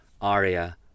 aria